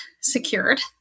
secured